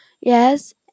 Yes